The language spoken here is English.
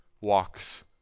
walks